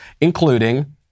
including